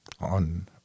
on